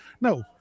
No